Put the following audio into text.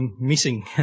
missing